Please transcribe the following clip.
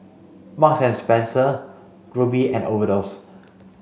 Marks and Spencer Rubi and Overdose